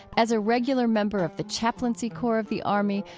as a regular member of the chaplaincy corps of the army,